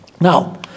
Now